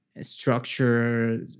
structure